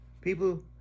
people